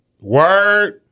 word